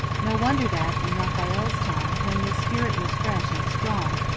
no wonder that, in raphael's time when this spirit was fresh and strong,